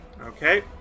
Okay